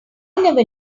never